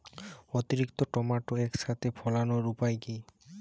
অতিরিক্ত টমেটো একসাথে ফলানোর উপায় কী?